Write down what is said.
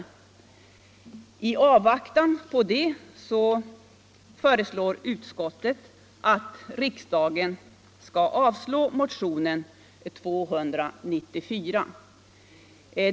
I väntan på det föreslår utskottet att riksdagen skall avslå motionen 294.